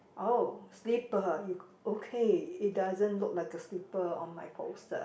oh slipper you okay it doesn't look like a slipper on my poster